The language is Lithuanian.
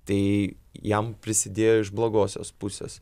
tai jam prisidėjo iš blogosios pusės